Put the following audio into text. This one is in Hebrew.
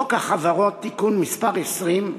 חוק החברות (תיקון מס' 20)